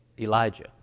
Elijah